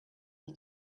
and